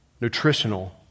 nutritional